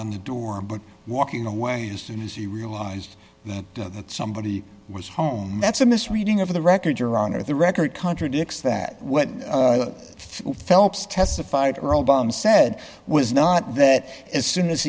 on the door but walking away as soon as the realized that somebody was home that's a misreading of the record your honor the record contradicts that when phelps testified or obama said was not that as soon as